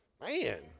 Man